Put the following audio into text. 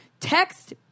Text